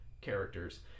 characters